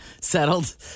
settled